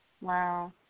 Wow